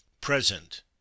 present